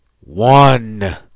one